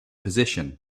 position